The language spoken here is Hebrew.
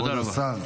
תודה רבה לכבוד השר.